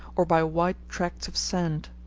or by wide tracts of sand.